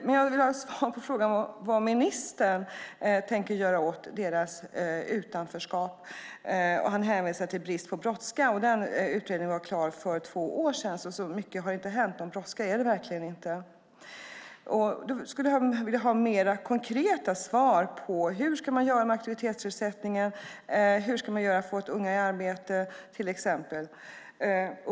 Men jag vill ha svar på frågan vad ministern tänker göra åt deras utanförskap. Han hänvisar till Brist på brådska . Den utredningen var klar för två år sedan. Mycket har inte hänt. Någon brådska är det verkligen inte. Jag skulle vilja ha mer konkreta svar på hur man ska göra med aktivitetsersättningen, vad man ska göra för att få unga i arbete och så vidare.